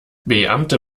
beamte